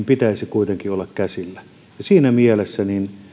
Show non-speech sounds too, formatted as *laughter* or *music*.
*unintelligible* pitäisi kuitenkin olla käsillä siinä mielessä